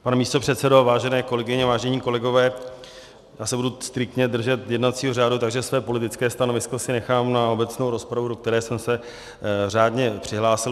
Pane místopředsedo, vážené kolegyně, vážení kolegové, já se budu striktně držet jednacího řádu, takže své politické stanovisko si nechám na obecnou rozpravu, do které jsem se řádně přihlásil.